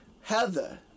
Heather